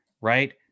right